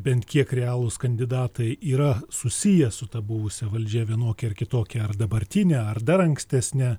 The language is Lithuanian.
bent kiek realūs kandidatai yra susiję su ta buvusia valdžia vienokia ar kitokia ar dabartine ar dar ankstesne